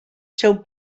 seu